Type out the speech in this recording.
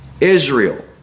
Israel